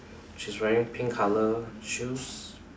she's wearing pink colour shoes